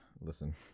Listen